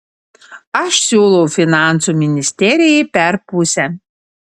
aš siūlau finansų ministerijai per pusę